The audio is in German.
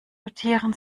notieren